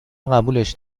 قبولش